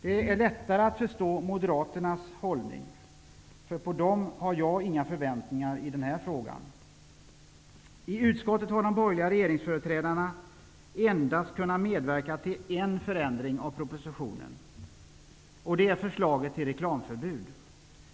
Det är lättare att förstå Moderaternas hållning, eftersom jag inte har några förväntningar på det partiet i den här frågan. I utskottet har de borgerliga företrädarna för regeringspartierna endast kunnat medverka till en förändring av propositionen, och det gäller förslaget till reklamförbud.